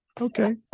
okay